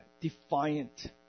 defiant